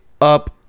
up